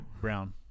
Brown